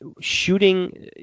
shooting